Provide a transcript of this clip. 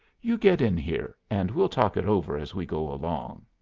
you get in here, and we'll talk it over as we go along.